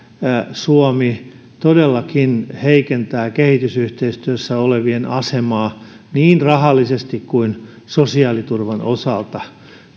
suomi todellakin heikentää kehitysyhteistyössä olevien asemaa niin rahallisesti kuin sosiaaliturvan osalta